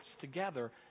together